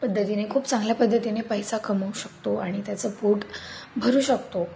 पद्धतीने खूप चांगल्या पद्धतीने पैसा कमावू शकतो आणि त्याचं पोट भरू शकतो